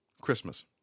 Christmas